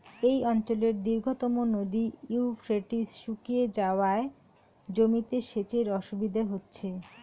এই অঞ্চলের দীর্ঘতম নদী ইউফ্রেটিস শুকিয়ে যাওয়ায় জমিতে সেচের অসুবিধে হচ্ছে